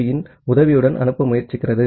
B பிரிவின் உதவியுடன் அனுப்ப முயற்சிக்கிறது